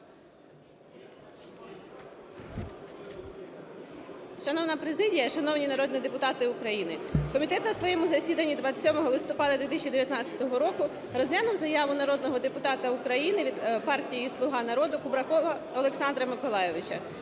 Шановна президія, шановні народні депутати України, Комітет на своєму засіданні 27 листопада 2019 року розглянув заяву народного депутата України від партії "Слуга народу" Кубракова Олександра Миколайовича.